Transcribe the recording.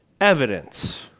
evidence